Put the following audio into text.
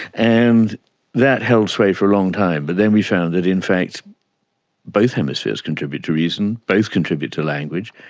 and that held sway for a long time, but then we found that in fact both hemispheres contribute to reason, both contribute to language,